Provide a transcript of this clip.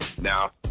Now